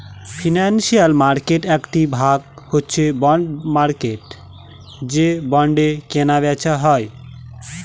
financial মার্কেটের একটি ভাগ হচ্ছে বন্ড মার্কেট যে বন্ডে কেনা বেচা হয়